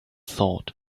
thought